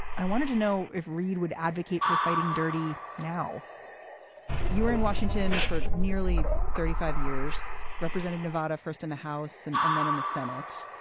i wanted to know if reed would advocate for fighting dirty. now you were in washington for nearly thirty five years, representing nevada, first in the house and and then in the senate.